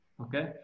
okay